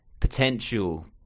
potential